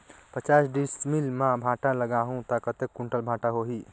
पचास डिसमिल मां भांटा लगाहूं ता कतेक कुंटल भांटा होही?